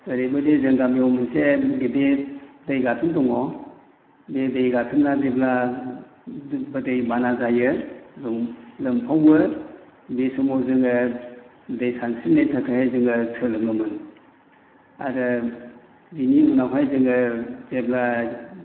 ओरैबायदि जों गामियाव मोनसे गिदिर दै गाथोन दङ बे दै गाथोना जेब्ला दैबाना जायो लोमसावो बे समाव जोङो दै सानस्रिनायनि थाखाय जोङो सोलोङोमोन आरो बेनि उनावहाय जोङो जेब्ला